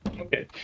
Okay